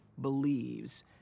believes